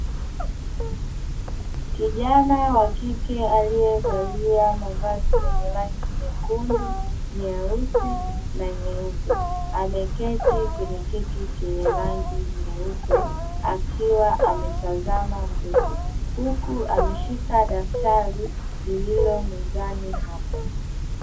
Kijana wa kike aliyevalia mavazi yenye rangi nyekundu, nyeusi na nyeupe ameketi kwenye kiti chenye rangi nyeupe akiwa ametazama mbele, huku ameshika daftari lililo mezani hapo.